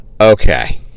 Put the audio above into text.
Okay